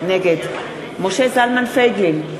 נגד משה זלמן פייגלין,